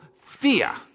fear